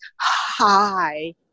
Hi